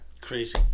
Crazy